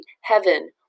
heaven